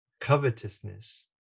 covetousness